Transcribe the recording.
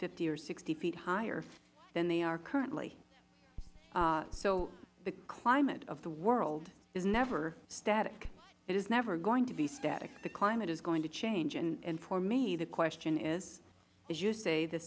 fifty or sixty feet higher than they are currently so the climate of the world is never static it is never going to be static the climate is going to change and for me the question is as you say the